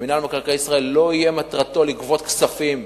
שמינהל מקרקעי ישראל לא תהיה מטרתו לגבות כספים,